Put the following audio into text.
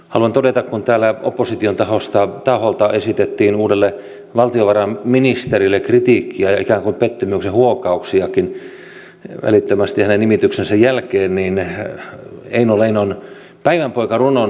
haluan todeta kun täällä opposition taholta esitettiin uudelle valtiovarainministerille kritiikkiä ikään kuin pettymyksen huokauksiakin välittömästi hänen nimityksensä jälkeen eino leinon päivän poika runon sanoin